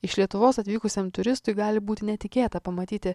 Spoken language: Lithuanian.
iš lietuvos atvykusiam turistui gali būti netikėta pamatyti